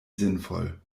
sinnvoll